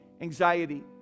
Anxiety